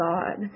God